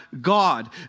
God